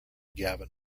gavin